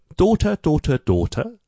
daughter，daughter，daughter